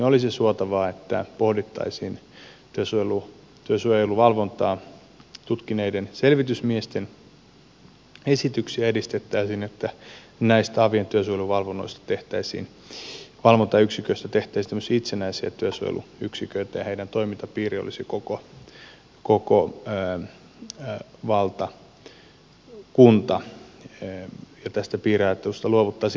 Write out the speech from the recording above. olisi suotavaa että pohdittaisiin työsuojeluvalvontaa tutkineiden selvitysmiesten esityksiä että näistä avin työsuojeluvalvontayksiköistä tehtäisiin tämmöisiä itsenäisiä työsuojeluyksiköitä ja niiden toimintapiiri olisi koko valtakunta ja tästä piiriajattelusta luovuttaisiin